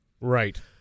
Right